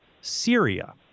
Syria